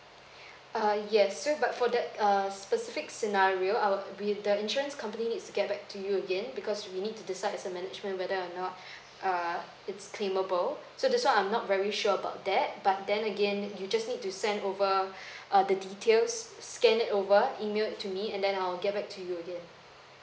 err yes so but for that err specific scenario I'd we the insurance company needs to get back to you again because we need to decide as a management whether or not err it's claimable so that's why I'm not very sure about that but then again you just need to send over uh the detail s~ scan it over email it to me and then I'll get back to you again